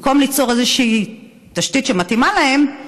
במקום ליצור איזושהי תשתית שמתאימה להן,